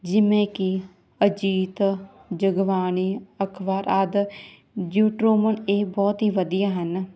ਜਿਵੇਂ ਕਿ ਅਜੀਤ ਜਗਬਾਣੀ ਅਖ਼ਬਾਰ ਆਦਿ ਜੁਟਰੋਮਨ ਇਹ ਬਹੁਤ ਹੀ ਵਧੀਆ ਹਨ